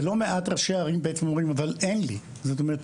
ולא מעט ראשי ערים אומרים אבל אין לי מקום.